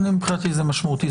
מבחינתי זה משמעותי.